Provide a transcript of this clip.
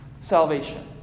salvation